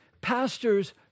pastors